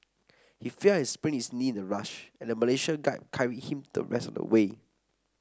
he fell and sprained his knee in the rush and a Malaysian guide carried him the rest of the way